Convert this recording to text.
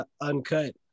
uncut